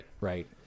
Right